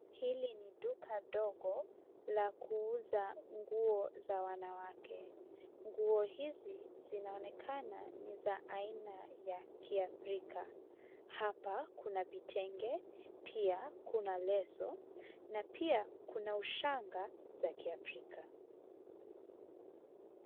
Hili ni duka dogo la kuuza nguo za wanawake. Nguo hizi, zinaonenekana ni za aina ya kiafrika. Hapa kuna vitenge, pia kuna leo, na pia kuna ushanga za kiafrika.